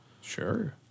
Sure